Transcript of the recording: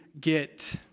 get